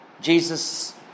Jesus